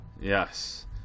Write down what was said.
Yes